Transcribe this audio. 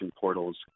portals